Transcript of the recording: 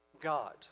God